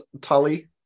Tully